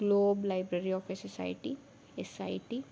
globe library of a society S I T